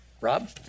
Rob